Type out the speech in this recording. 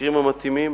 למקרים המתאימים,